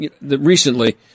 recently